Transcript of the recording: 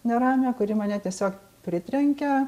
neramią kuri mane tiesiog pritrenkia